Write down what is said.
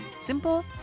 Simple